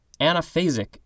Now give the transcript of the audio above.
Anaphasic